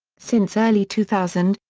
since early two thousand,